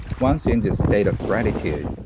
once in this state of gratitude,